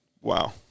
Wow